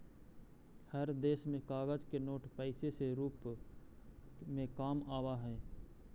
हर देश में कागज के नोट पैसे से रूप में काम आवा हई